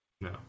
No